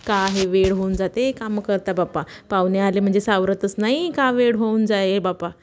का हे वेळ होऊन जाते कामं करता बाप्पा पाहुणे आले म्हणजे सावरतच नाही का वेळ होऊन जायी बाप्पा